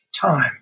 time